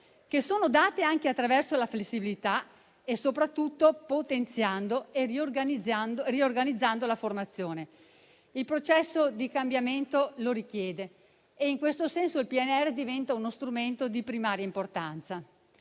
che sono date anche attraverso la flessibilità e soprattutto potenziando e riorganizzando la formazione. Il processo di cambiamento lo richiede, e in questo senso il Piano nazionale di ripresa